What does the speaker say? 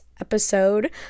episode